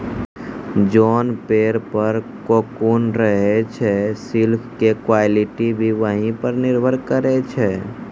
जोन पेड़ पर ककून रहै छे सिल्क के क्वालिटी भी वही पर निर्भर करै छै